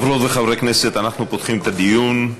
חברות וחברי הכנסת, אנחנו פותחים את הדיון.